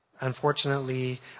Unfortunately